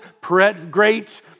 great